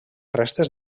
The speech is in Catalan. restes